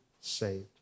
saved